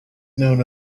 known